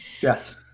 yes